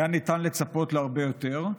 היה ניתן לצפות להרבה יותר,